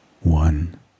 One